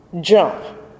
jump